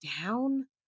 down